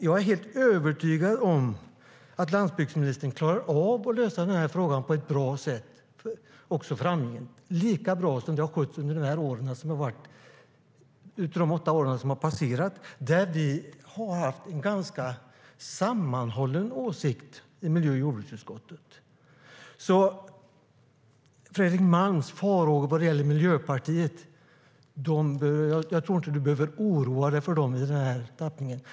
Jag är helt övertygad om att landsbygdsministern klarar av att lösa frågan på ett bra sätt framgent, lika bra som det har skötts under de åtta år som har passerat där vi har haft en ganska sammanhållen åsikt i miljö och jordbruksutskottet. Fredrik Malms har farhågor vad gäller Miljöpartiet. Jag tror inte att du behöver oroa dig i den här tappningen.